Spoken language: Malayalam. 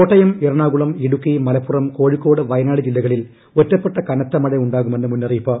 കോട്ടയം എറണാകുളം ഇടുക്കി മലപ്പുറം കോഴിക്കോട് വയനാട് ജില്ലകളിൽ ഒറ്റപ്പെട്ട കനത്ത മഴ ഉണ്ടാകുമെന്ന് മുന്നറിയിപ്പ്